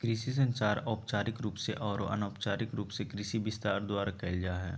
कृषि संचार औपचारिक रूप से आरो अनौपचारिक रूप से कृषि विस्तार द्वारा कयल जा हइ